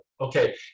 Okay